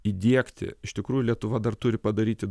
įdiegti iš tikrųjų lietuva dar turi padaryti